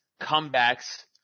comebacks